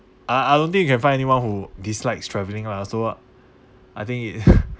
I I don't think you can find anyone who dislikes traveling lah so I think it